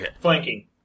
flanking